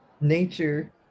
nature